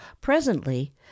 presently